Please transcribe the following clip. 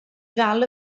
ddal